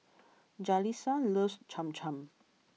Jalissa loves Cham Cham